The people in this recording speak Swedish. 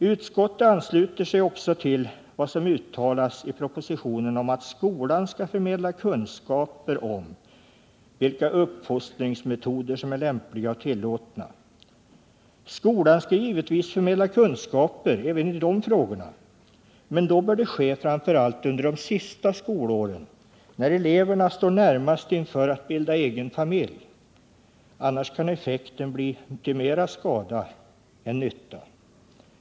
Utskottet ansluter sig också till vad som uttalas i propositionen om att skolan skall förmedla kunskaper om vilka uppfostringsmetoder som är lämpliga och tillåtna. Skolan skall givetvis förmedla kunskaper även i dessa frågor, men då bör det ske framför allt under de sista skolåren, när eleverna står närmast inför att bilda egen familj. Annars kan effekten bli mer skadlig än nyttig.